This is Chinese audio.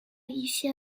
一些